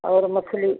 और मछली